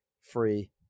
free